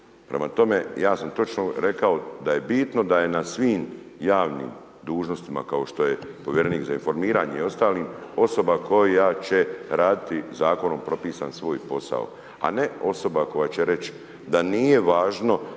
Prema tome, ja sam točno rekao da je bitno da je na svim javnim dužnostima kao što je povjerenik za informiranje i ostali osoba koja će raditi zakonom propisan svoj posao a ne osoba koja će reći da nije važno